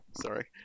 Sorry